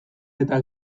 eta